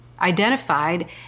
identified